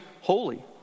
holy